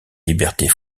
libertés